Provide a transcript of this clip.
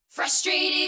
frustrated